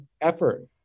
effort